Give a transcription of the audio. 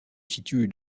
situe